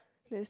there is